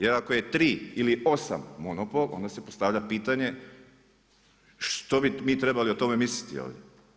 Jer ako je 3 ili 8 monopol, onda se postavlja pitanje što bi mi trebali o tome misliti ovdje.